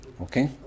Okay